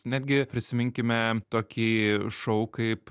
netgi prisiminkime tokį šou kaip